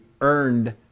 earned